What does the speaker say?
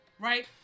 Right